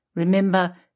Remember